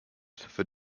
for